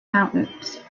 mountains